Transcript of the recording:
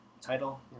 title